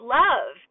love